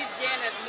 janet